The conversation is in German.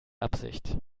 absicht